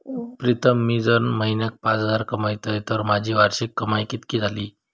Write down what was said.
प्रीतम मी जर म्हयन्याक पाच हजार कमयतय तर माझी वार्षिक कमाय कितकी जाली?